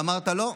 ואמרת: לא,